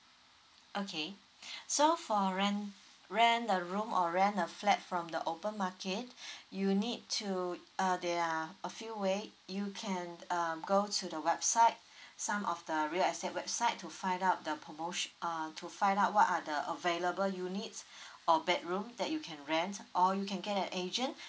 okay so for rent rent a room or rent a flat from the open market you need to uh there are a few ways you can um go to the website some of the real estate website to find out the promotion uh to find out what are the available units or bedroom that you can rent or you can get an agent